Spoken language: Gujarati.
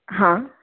હા